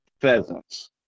pheasants